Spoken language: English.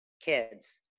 kids